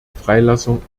freilassung